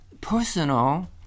personal